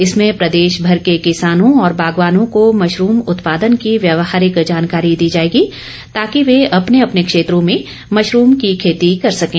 इसमें प्रदेश भर के किसानों और बागवानों को मशरूम उत्पादन की व्यवहारिक जानकारी दी जाएगी ताकि वह अपने अपने क्षेत्रों में मशरूम की खेती कर सकें